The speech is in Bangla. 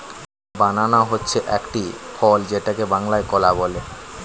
বানানা হচ্ছে একটি ফল যেটাকে বাংলায় কলা বলে